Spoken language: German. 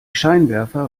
scheinwerfer